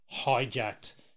hijacked